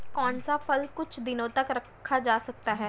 कौन सा फल कुछ दिनों तक रखा जा सकता है?